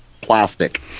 plastic